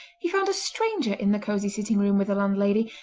he found a stranger in the cosy sitting-room with the landlady,